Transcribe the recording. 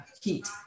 heat